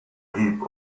heap